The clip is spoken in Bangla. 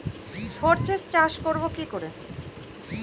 সর্ষে চাষ করব কি করে?